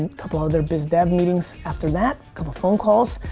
and couple other biz dev meetings after that. couple phone calls,